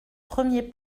premier